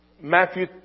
Matthew